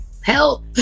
help